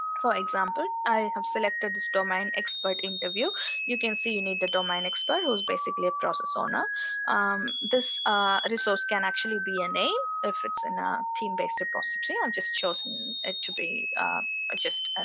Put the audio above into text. for example i have selected this domain expert interview you can see you need the domain expert, who's basically a process owner this ah resource can actually be a name if it's in a team based repository i've just chosen it to be ah